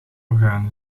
orgaan